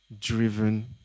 driven